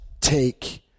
take